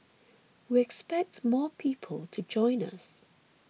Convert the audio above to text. we expect more people to join us